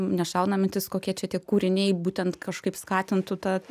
nešauna mintis kokie čia tie kūriniai būtent kažkaip skatintų ta